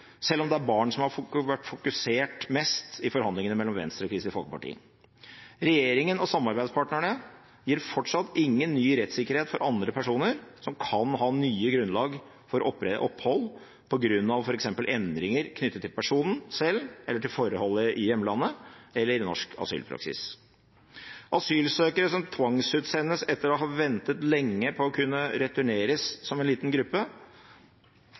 selv om det er barn som det har vært fokusert mest på i forhandlingene med Venstre og Kristelig Folkeparti. Regjeringen og samarbeidspartnerne gir fortsatt ingen ny rettssikkerhet for andre personer som kan ha nye grunnlag for opphold, på grunn av f.eks. endringer knyttet til personen selv, forhold i hjemlandet eller norsk asylpraksis. Asylsøkere som tvangsutsendes etter å ha ventet lenge på å kunne returneres, er en liten gruppe,